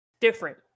different